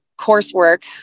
coursework